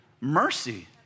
mercy